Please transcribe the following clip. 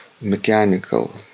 mechanical